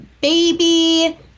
baby